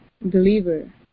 believer